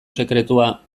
sekretua